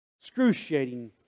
excruciating